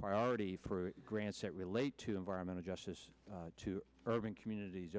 priority for grants that relate to environmental justice to urban communities